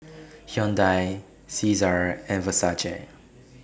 Hyundai Cesar and Versace